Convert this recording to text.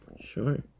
Sure